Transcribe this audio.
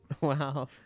Wow